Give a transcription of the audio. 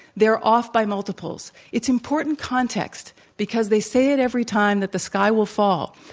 they're off by multiples. it's important context, because they say it every time that the sky will fall.